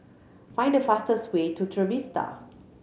find the fastest way to Trevista